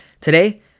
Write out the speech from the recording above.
today